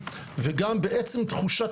גם בתוכניות הלימודים וגם בעצם תחושת